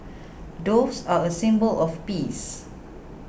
doves are a symbol of peace